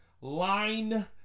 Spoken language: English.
line